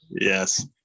yes